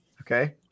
Okay